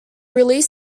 release